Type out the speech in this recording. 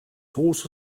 also